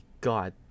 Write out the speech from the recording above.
god